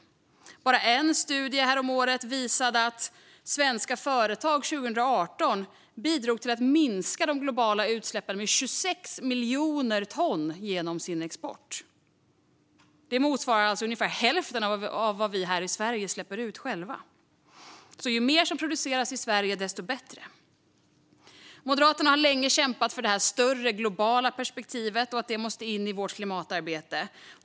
En studie häromåret visade att svenska företag under 2018 bidrog till att minska de globala utsläppen med 26 miljoner ton genom sin export. Det motsvarar ungefär hälften av vad vi här i Sverige släpper ut själva. Ju mer som produceras i Sverige, desto bättre. Moderaterna har länge kämpat för det här större, globala perspektivet och för att det måste in i Sveriges klimatarbete.